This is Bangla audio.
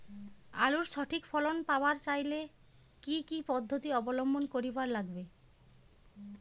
আলুর সঠিক ফলন পাবার চাইলে কি কি পদ্ধতি অবলম্বন করিবার লাগবে?